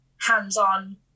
hands-on